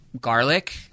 Garlic